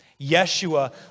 Yeshua